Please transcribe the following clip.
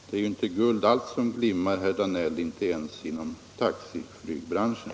Det är ju inte guld allt som glimmar, herr Danell, inte ens inom taxiflygbranschen.